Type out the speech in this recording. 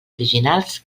originals